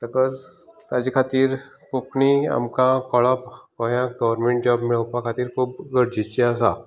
because ताजे खातीर कोंकणी आमकां कळप हें गोवर्नमेंट मेळोवपा खातीर खूब गरजेचें आसा